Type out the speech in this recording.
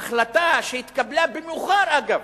החלטה שהתקבלה מאוחר, אגב,